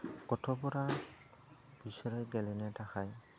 गथ'फोरा बिसोरो गेलेनो थाखाय